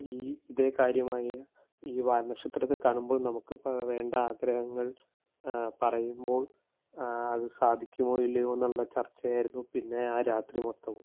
ഈ ഇതേ കാര്യമായ ഈ വാൽ നക്ഷത്രത്തെ കാണുമ്പോൾ നമുക്കിപ്പോള് വേണ്ട ആഗ്രഹങ്ങൾ പറയുമ്പോൾ അത് സാധിക്കുമോ ഇല്ലയോ എന്നുള്ള ചർച്ചയായിരുന്നു പിന്നെ ആ രാത്രി മൊത്തവും